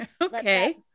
Okay